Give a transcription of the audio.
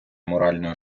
моральної